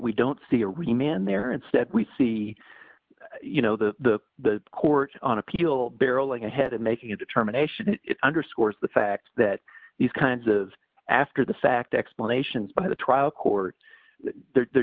we don't see a real man there instead we see you know the the court on appeal barreling ahead and making a determination it underscores the fact that these kinds of after the fact explanations by the trial court they're